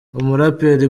umuraperi